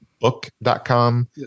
Book.com